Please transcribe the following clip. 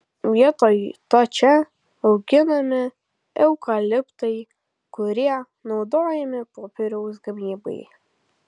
vietoj to čia auginami eukaliptai kurie naudojami popieriaus gamybai